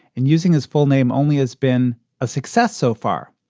and using his full name only has been a success so far.